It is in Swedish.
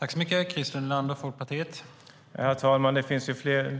Herr talman! Det finns